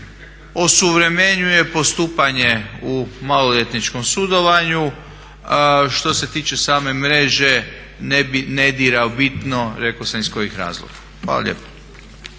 osuvremenjuje postupanje u maloljetničkom sudovanju. Što se tiče same mreže ne dira u bitno rekao sam iz kojih razloga. Hvala lijepo.